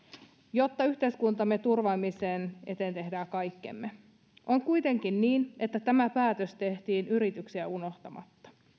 jotta yhteiskuntamme turvaamisen eteen tehdään kaikkemme on kuitenkin niin että tämä päätös tehtiin yrityksiä unohtamatta